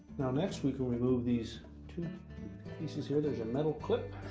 now, next, we can remove these two pieces here, there's a metal clip